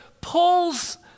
Paul's